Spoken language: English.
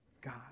God